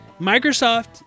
microsoft